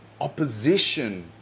opposition